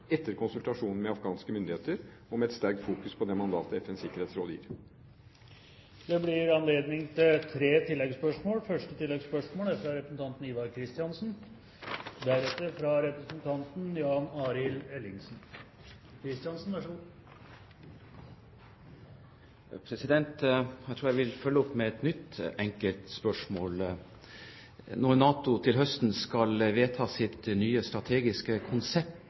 etter konsultasjon med afghanske myndigheter, og med et sterkt fokus på det mandatet FNs sikkerhetsråd gir. Det blir anledning til tre oppfølgingsspørsmål – først Ivar Kristiansen. Jeg tror jeg vil følge opp med et nytt enkelt spørsmål: Når NATO til høsten skal vedta sitt nye strategiske konsept,